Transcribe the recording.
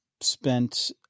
spent